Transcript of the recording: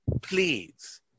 Please